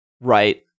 right